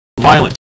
Violence